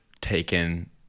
taken